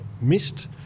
missed